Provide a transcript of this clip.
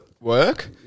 work